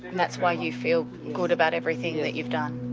that's why you feel good about everything that you've done?